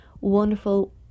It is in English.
wonderful